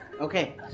Okay